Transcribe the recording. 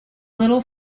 little